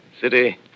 City